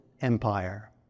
Empire